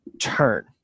turn